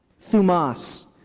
Thumas